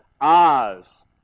Oz